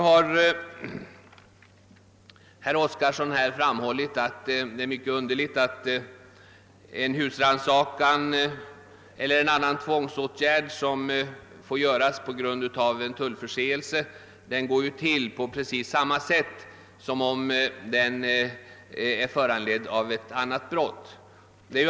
Herr Oskarson framhöll att en tvångsåtgärd, som får vidtas på grund av en tullförseelse, tillgår på precis samma sätt som om den vore föranledd av ett annat brott.